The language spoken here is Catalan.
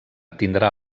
tindrà